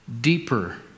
deeper